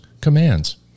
commands